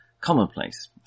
commonplace